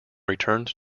returned